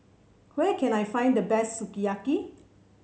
where can I find the best Sukiyaki